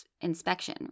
inspection